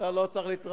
נא לא להפריע.